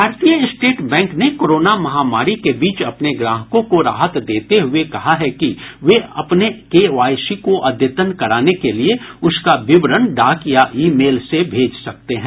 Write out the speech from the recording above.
भारतीय state bank ने corona महामारी के बीच अपने ग्राहकों को राहत देते हए कहा है कि वे अब अपने केवाईसी को अद्यतन कराने के लिए उसका विवरण डाक या ई मेल से भेज सकते है